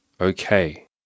okay